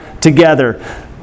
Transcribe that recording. together